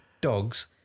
dogs